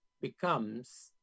becomes